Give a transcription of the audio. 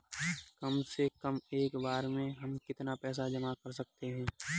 कम से कम एक बार में हम कितना पैसा जमा कर सकते हैं?